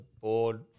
board